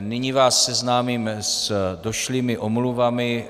Nyní vás seznámím s došlými omluvami.